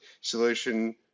solution